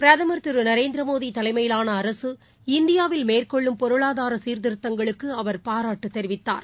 பிரதமர் திருநரேந்திரமோடிதலைமையிலான அரசு இந்தியாவில் மேற்கொள்ளும் பொருளாதாரசீர்திருத்தங்களுக்குஅவர் பாராட்டுதெரிவித்தார்